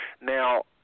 now